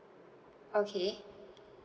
okay